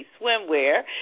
Swimwear